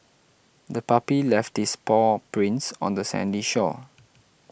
the puppy left its paw prints on the sandy shore